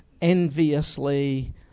enviously